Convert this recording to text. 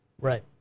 Right